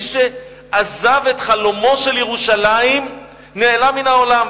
מי שעזב את חלומו של ירושלים נעלם מן העולם.